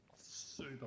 super